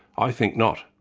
i think not.